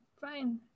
Fine